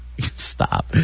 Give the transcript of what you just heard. Stop